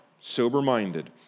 sober-minded